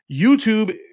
YouTube